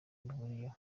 bahuriyeho